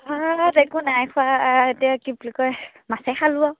একো নাই খোৱা এতিয়া কি বুলি কয় মাছে খালোঁ আৰু